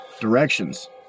directions